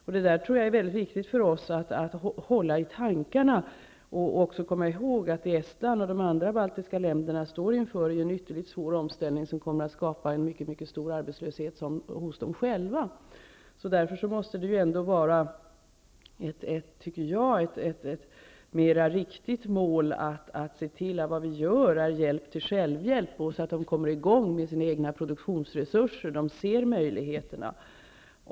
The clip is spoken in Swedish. Jag tror att det är väldigt viktigt att vi håller detta i tankarna och att vi kommer ihåg att vad Estland och de andra baltiska länderna står inför är en ytterligt svår omställning, som kommer att skapa en mycket mycket stor arbetslöshet i dessa länder. Därför menar jag att det måste vara ett mer riktigt mål att se till att vi ger hjälp till självhjälp så att balterna kommer i gång med sina egna produktionsresurser och ser möjligheterna.